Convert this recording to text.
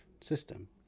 system